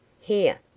Here